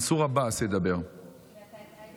מנסור עבאס, את עאידה